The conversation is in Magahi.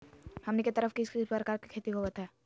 हमनी के तरफ किस किस प्रकार के खेती होवत है?